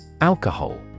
Alcohol